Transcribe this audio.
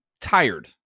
tired